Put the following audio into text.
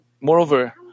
Moreover